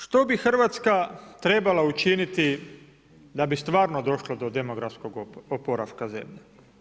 Što bi Hrvatska trebala učiniti da bi stvarno došlo do demografskog oporavka zemlje?